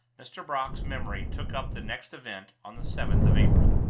mr. brock's memory took up the next event on the seventh of april.